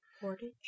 Portage